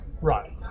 Right